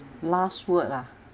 last word ah